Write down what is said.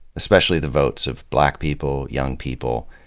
especially the votes of black people, young people,